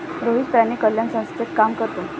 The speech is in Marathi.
रोहित प्राणी कल्याण संस्थेत काम करतो